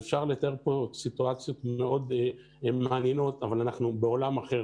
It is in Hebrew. ואפשר לתאר פה סיטואציות מאוד מעניינות אבל אנחנו בעולם אחר.